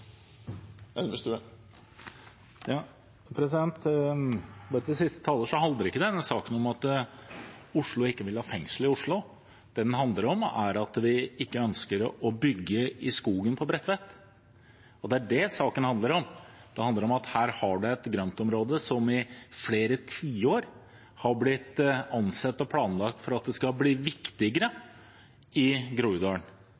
handler ikke om at Oslo ikke vil ha fengsel i Oslo. Det den handler om, er at vi ikke ønsker å bygge i skogen på Bredtvet. Det er det saken handler om. Det handler om at man her har et grøntområde som i flere tiår har blitt ansett som og planlagt for at det skal bli